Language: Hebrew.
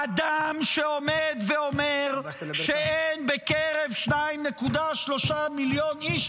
אדם שעומד ואומר שאין בקרב 2.3 מיליון אחד